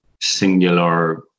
singular